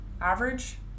Average